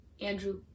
Andrew